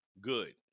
good